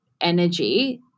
energy